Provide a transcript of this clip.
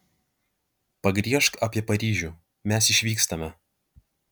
pagriežk apie paryžių mes išvykstame